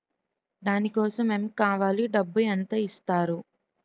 దాని కోసం ఎమ్ కావాలి డబ్బు ఎంత ఇస్తారు?